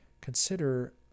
Consider